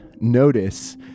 notice